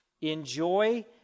Enjoy